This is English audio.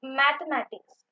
mathematics